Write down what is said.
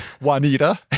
Juanita